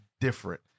different